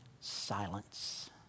silence